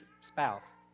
spouse